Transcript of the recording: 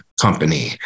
company